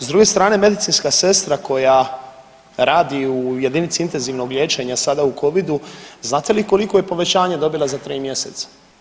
S druge strane medicinska sestra koja radi u jedinici intenzivnog liječenja sada u covidu znate li koliko je povećanje dobila za 3 mjeseca?